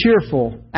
cheerful